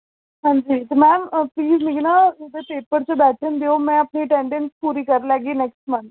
ma'am please मिगी ना तुसें पेपर च बैठन देओ में अपनी अटैंडैंस पूरी करी लैगी नैक्स्ट मंथ